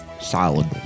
Solid